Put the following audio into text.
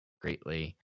greatly